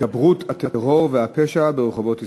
התגברות הטרור והפשע ברחובות ישראל,